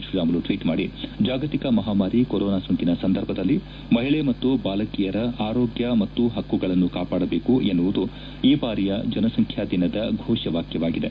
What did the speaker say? Sriramulu tweet ಮಾಡಿ ಜಾಗತಿಕ ಮಹಾಮಾರಿ ಕೊರೊನಾ ಸೋಂಕಿನ ಸಂದರ್ಭದಲ್ಲಿ ಮಹಿಳೆ ಮತ್ತು ಬಾಲಕಿಯರ ಆರೋಗ್ಯ ಮತ್ತು ಹಕ್ಕುಗಳನ್ನು ಕಾಪಾಡಬೇಕು ಎನ್ನುವುದು ಈ ಬಾರಿಯ ಜನಸಂಖ್ಯಾ ದಿನದ ಘೋಷ ವಾಕ್ಕವಾಗಿದೆ